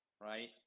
right